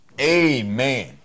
Amen